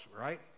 right